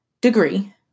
degree